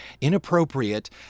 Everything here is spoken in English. inappropriate